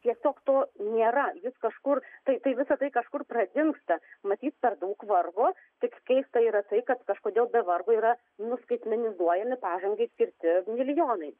tiesiog to nėra vis kažkur tai visa tai kažkur pradingsta matyt per daug vargo tik keista yra tai kad kažkodėl be vargo yra nuskaitmenizuojami pažangai skirti milijonai